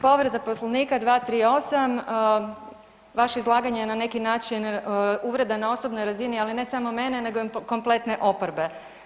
Povreda Poslovnika, 238., vaše izlaganje je na neki način uvreda na osobnoj razini ali ne samo mene nego i kompletne oporbe.